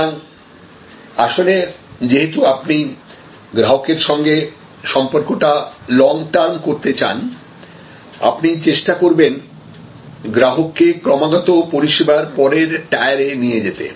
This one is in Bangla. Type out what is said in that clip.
সুতরাং আসলে যেহেতু আপনি গ্রাহকের সঙ্গে সম্পর্কটা লং টার্ম করতে চান আপনি চেষ্টা করবেন গ্রাহককে ক্রমাগত পরিষেবার পরের টায়ারে নিয়ে যেতে